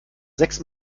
sechs